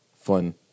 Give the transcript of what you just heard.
Fun